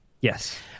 Yes